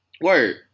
word